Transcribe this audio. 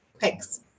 Thanks